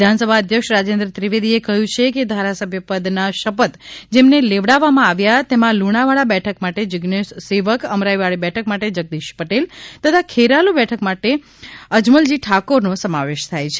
વિધાનસભા અધ્યક્ષ રાજેન્ઉ ત્રિવેદીએ કહ્યું છે કે ધારાસભ્યપદના શપથ જેમને લેવડાવવામાં આવ્યા તેમાં લુણાવાડા બેઠક માટે જીઝ્નેશ સેવક અમરાઇવાડી બેઠક માટે જગદીશ પટેલ તથા ખેરાલુ બેઠક માટે અજમલજી ઠાકોરનો સમાવેશ થાય છે